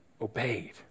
obeyed